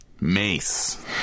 mace